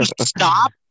stop